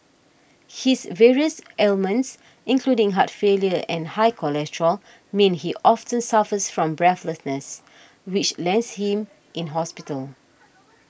his various ailments including heart failure and high cholesterol mean he often suffers from breathlessness which lands him in hospital